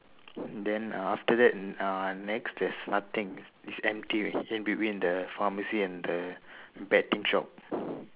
and then uh after that uh ah next there's nothing it's it's empty in between the pharmacy and the betting shop